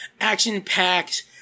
action-packed